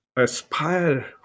aspire